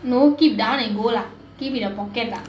no keep down and go keep in the pocket lah